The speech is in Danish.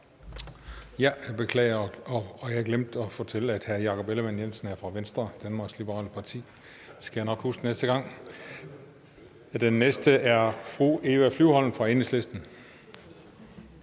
Jeg beklager, at jeg glemte at fortælle, at hr. Jakob Ellemann-Jensen er fra Venstre, Danmarks liberale parti. Det skal jeg nok huske næste gang. Den næste er fru Eva Flyvholm fra Enhedslisten.